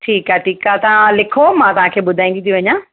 ठीकु आहे ठीकु आहे तव्हां लिखो मां तव्हांखे ॿुधाईंदी थी वञा